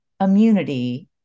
immunity